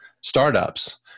startups